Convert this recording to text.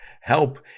help